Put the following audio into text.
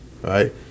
Right